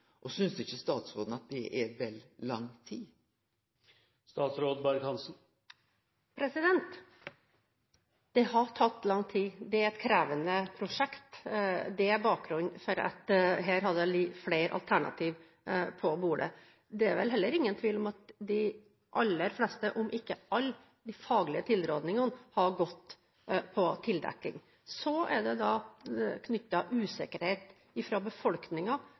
2007. Synest ikkje statsråden at det er vel lang tid? Det har tatt lang tid. Det er et krevende prosjekt. Det er bakgrunnen for at det her har ligget flere alternativer på bordet. Det er heller ingen tvil om at de aller fleste – om ikke alle – faglige tilrådningene har gått på tildekking. Så er det da